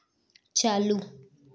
चालू